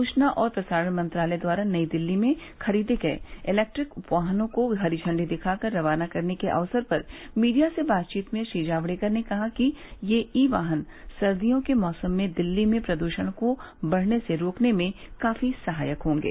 सूचना और प्रसारण मंत्रालय द्वारा नई दिल्ली में खरीदे गए इलैक्ट्रिक वाहनों को झंडी दिखाकर रवाना करने के अक्सर पर मीडिया से बातचीत में श्री जावड़ेकर ने कहा कि ये ई वाहन सर्दियों के मौसम में दिल्ली में प्रदूषण को बढ़ने से रोकने में काफी सहायक होंगे